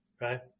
right